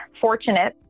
fortunate